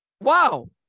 Wow